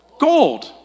gold